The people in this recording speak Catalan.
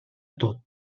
tot